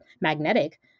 magnetic